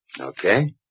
Okay